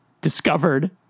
Discovered